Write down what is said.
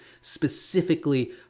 specifically